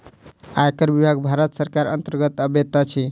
आयकर विभाग भारत सरकारक अन्तर्गत अबैत अछि